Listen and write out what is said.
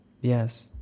Yes